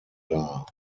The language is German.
dar